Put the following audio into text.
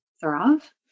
thrive